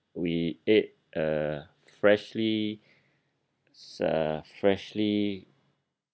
we ate a freshly it's a freshly